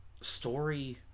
story